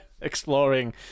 exploring